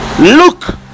look